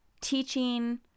teaching